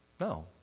no